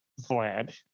Vlad